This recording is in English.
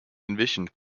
envisioned